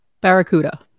Barracuda